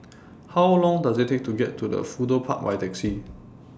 How Long Does IT Take to get to Fudu Park By Taxi